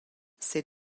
c’est